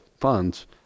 funds